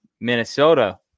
Minnesota